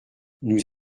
nous